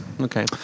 Okay